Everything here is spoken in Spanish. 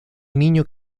niño